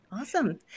Awesome